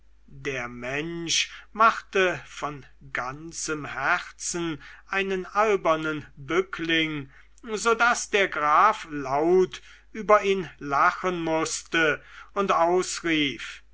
der mensch machte von ganzem herzen einen albernen bückling so daß der graf laut über ihn lachen mußte und ausrief